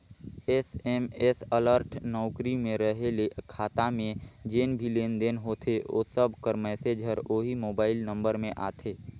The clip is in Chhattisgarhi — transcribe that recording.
एस.एम.एस अलर्ट नउकरी में रहें ले खाता में जेन भी लेन देन होथे ओ सब कर मैसेज हर ओही मोबाइल नंबर में आथे